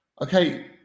Okay